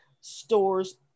stores